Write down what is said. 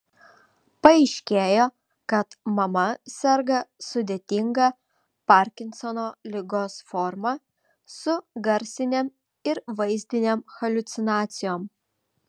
paaiškėjo kad mama serga sudėtinga parkinsono ligos forma su garsinėm ir vaizdinėm haliucinacijom